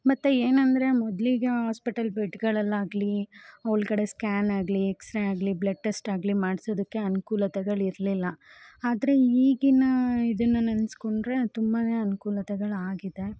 ಮತ್ತು ಏನಂದರೆ ಮೊದಲಿಗೆ ಆಸ್ಪಿಟಲ್ ಬೆಡ್ಗಳಲ್ಲಾಗಲಿ ಒಳಗಡೆ ಸ್ಕ್ಯಾನಾಗಲಿ ಎಕ್ಸ್ರೇ ಆಗಲಿ ಬ್ಲಡ್ ಟೆಸ್ಟ್ ಆಗಲಿ ಮಾಡಿಸೋದಕ್ಕೆ ಅನ್ಕೂಲತೆಗಳು ಇರಲಿಲ್ಲ ಆದ್ರೆ ಈಗಿನ ಇದನ್ನು ನೆನಸ್ಕೊಂಡ್ರೆ ತುಂಬಾ ಅನುಕೂಲತೆಗಳಾಗಿದೆ